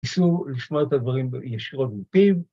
תנסו לשמוע את הדברים ישירות מפיו.